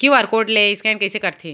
QR code ले scan कइसे करथे?